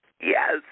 Yes